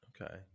Okay